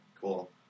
Cool